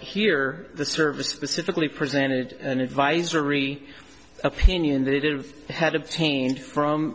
here the service specifically presented an advisory opinion that it had obtained from